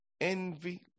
envy